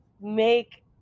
make